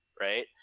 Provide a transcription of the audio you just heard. right